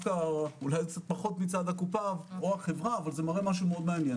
אולי פחות מצד הקופה או החברה אבל זה מראה משהו מעניין